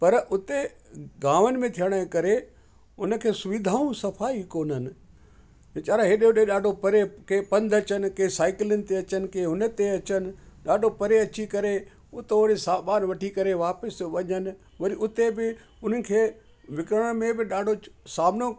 पर उते गांवनि में थियण जे करे उनखे सुविधाऊं सफ़ा ई कोन्ह आहिनि वेचारा एॾे ओॾो ॾाढो परे के पंधि अचनि कंहिं साईकिलुन ते अचनि कंहिं हुनते अचनि ॾाढो परे अची करे उता वरी सामानु वठी करे वापिसि वञनि वरी उते बि उन्हनि खे विकिरण में ब ॾाढो सामिनो